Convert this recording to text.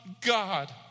God